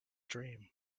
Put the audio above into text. dream